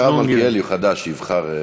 תכבד את הרב מלכיאלי, הוא חדש, שיבחר.